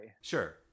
Sure